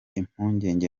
impungenge